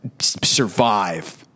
Survive